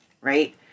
right